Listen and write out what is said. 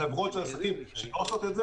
בחברות ובעסקים שלא עושים את זה,